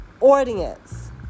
audience